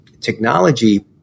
technology